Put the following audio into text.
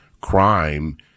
crime